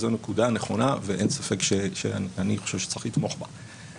זו נקודה נכונה ואין ספק שאני חושב שצריך לתמוך בה.